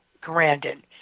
Grandin